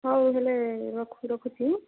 ହଉ ହେଲେ ରଖୁଛି